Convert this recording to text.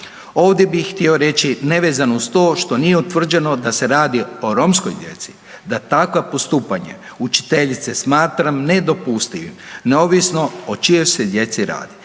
Ovdje bih htio reći, nevezano uz to što nije utvrđeno da se radi o romskoj djeci, da takva postupanja učiteljice smatram nedopustivim neovisno o čijoj se djeci radi.